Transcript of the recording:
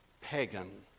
pagan